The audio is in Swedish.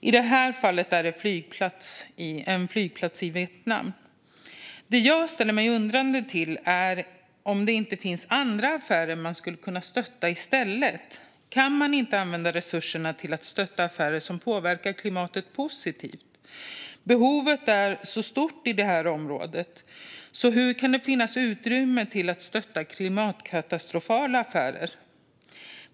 I det här fallet är det en flygplats i Vietnam. Det jag ställer mig undrande till är om det inte finns andra affärer man skulle kunna stötta i stället. Kan man inte använda resurserna till att stötta affärer som påverkar klimatet positivt? Behovet är stort på det området, så hur kan det finnas utrymme för att stötta klimatkatastrofala affärer?